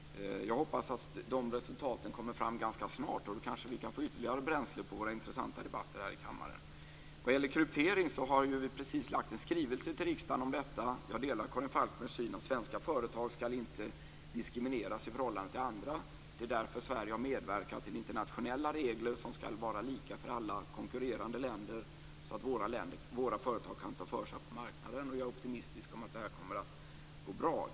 Jag hoppas att resultaten kommer fram ganska snart. Då kanske vi kan få ytterligare bränsle till våra intressanta debatter här i kammaren. Vad gäller kryptering har vi precis lämnat en skrivelse till riksdagen om detta. Jag delar Karin Falkmers syn att svenska företag inte skall diskrimineras i förhållande till andra. Det är därför Sverige har medverkat till internationella regler som skall vara lika för alla konkurrerande länder, så att våra företag kan ta för sig på marknaden. Jag är optimistisk och tror att detta kommer att gå bra.